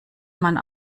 man